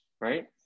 right